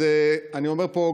אז אני אומר פה,